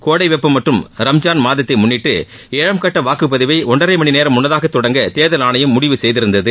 கோடை வெப்பம் மற்றும் ரம்ஜான் மாதத்தை முன்னிட்டு ஏழாம் கட்ட வாக்குப் பதிவை ஒன்றரை மணி நேரம் முன்னதாக தொடங்க தேர்தல் ஆணையம் முடிவு செய்திருந்தது